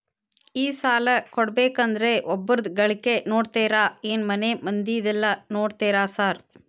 ಈ ಸಾಲ ಕೊಡ್ಬೇಕಂದ್ರೆ ಒಬ್ರದ ಗಳಿಕೆ ನೋಡ್ತೇರಾ ಏನ್ ಮನೆ ಮಂದಿದೆಲ್ಲ ನೋಡ್ತೇರಾ ಸಾರ್?